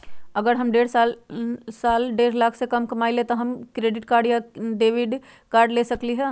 अगर हम हर साल डेढ़ लाख से कम कमावईले त का हम डेबिट कार्ड या क्रेडिट कार्ड ले सकली ह?